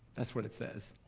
that's what it says!